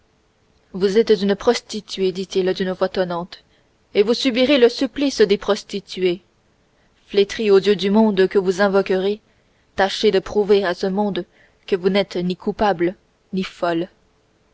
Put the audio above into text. vous êtes une prostituée dit-il d'une voix tonnante et vous subirez le supplice des prostituées flétrie aux yeux du monde que vous invoquerez tâchez de prouver à ce monde que vous n'êtes ni coupable ni folle